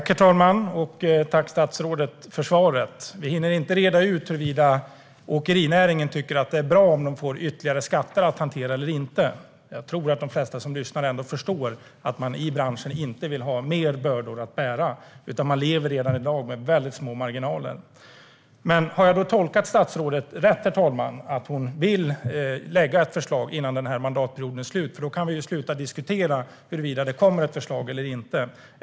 Herr talman! Jag tackar statsrådet för svaret. Vi hinner inte reda ut huruvida åkerinäringen tycker att det är bra eller inte om den får ytterligare skatter att hantera. Jag tror att de flesta som lyssnar ändå förstår att man i branschen inte vill ha mer bördor att bära. Man lever redan i dag med väldigt små marginaler. Men har jag då tolkat statsrådet rätt, herr talman, om jag tolkar hennes svar som att hon vill lägga fram ett förslag innan den här mandatperioden är slut? Då kan vi ju sluta diskutera huruvida det kommer ett förslag eller inte.